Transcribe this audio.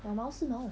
两毛四毛